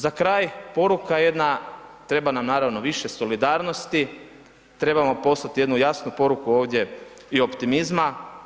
Za kraj poruka jedna, treba nam naravno više solidarnosti, trebamo poslati jednu poruku ovdje i optimizma.